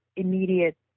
immediate